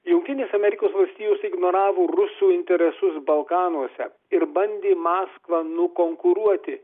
jungtinės amerikosvalstijos ignoravo rusų interesus balkanuose ir bandė maskvą nukonkuruoti